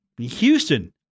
Houston